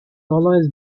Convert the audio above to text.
always